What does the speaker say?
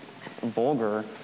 vulgar